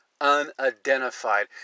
unidentified